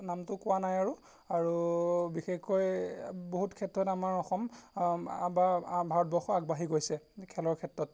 নামটো কোৱা নাই আৰু আৰু বিশেষকৈ বহুত ক্ষেত্ৰত আমাৰ অসম বা ভাৰতবৰ্ষ আগবাঢ়ি গৈছে খেলৰ ক্ষেত্ৰত